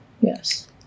Yes